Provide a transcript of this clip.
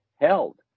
held